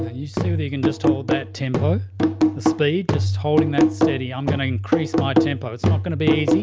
you see whether you can just hold that tempo and speed, just holding that steady, i'm going to increase my tempo. it's not going to be